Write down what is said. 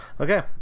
Okay